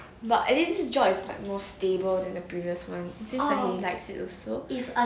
but at least this job like more stable than the previous [one] since like he likes it also